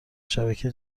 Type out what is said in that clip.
شبکه